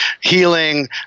healing